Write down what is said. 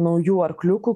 naujų arkliukų